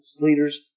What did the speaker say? leaders